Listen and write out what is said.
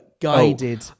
guided